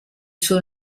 suo